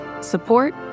support